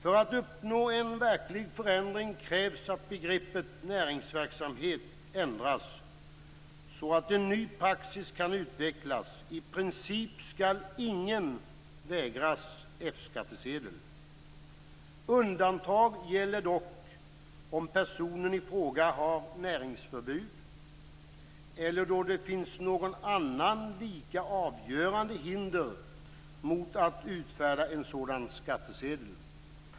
För att uppnå en verklig förändring krävs att begreppet näringsverksamhet ändras så att en ny praxis kan utvecklas. I princip skall ingen vägras F skattsedel. Undantag gäller dock om personen i fråga har näringsförbud eller då det finns något annat, lika avgörande hinder mot att utfärda en sådan skattsedel.